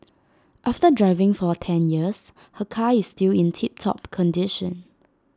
after driving for ten years her car is still in tip top condition